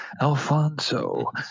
Alfonso